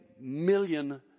million